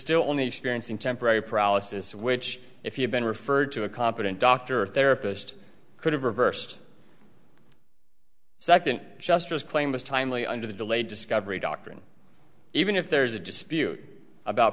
still only experiencing temporary paralysis which if you've been referred to a competent doctor or therapist could have reversed so i can just as claim was timely under the delayed discovery doctrine even if there is a dispute about